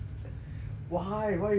why why you judging